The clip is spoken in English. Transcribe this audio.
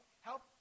help